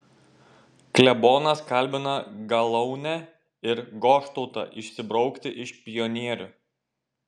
klebonas kalbina galaunę ir goštautą išsibraukti iš pionierių